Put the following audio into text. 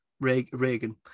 reagan